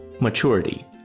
Maturity